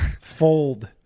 fold